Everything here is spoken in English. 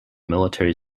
military